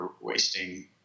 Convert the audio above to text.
wasting